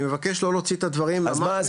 אני מבקש לא להוציא את הדברים מהקשרם.